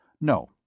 No